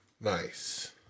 Nice